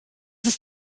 ist